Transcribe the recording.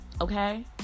okay